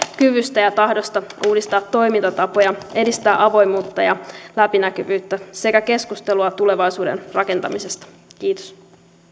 kyvystä ja tahdosta uudistaa toimintatapoja edistää avoimuutta ja läpinäkyvyyttä sekä keskustelua tulevaisuuden rakentamisesta kiitos